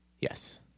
yes